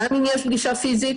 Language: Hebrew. גם אם יש פגישה פיזית.